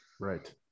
Right